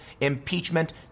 impeachment